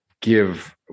give